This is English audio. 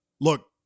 look